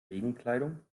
regenkleidung